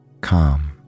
calm